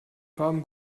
farben